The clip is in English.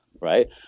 right